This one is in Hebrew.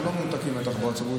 אנחנו לא מנותקים מהתחבורה הציבורית,